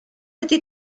ydy